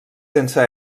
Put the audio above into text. sense